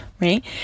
right